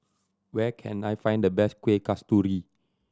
where can I find the best Kuih Kasturi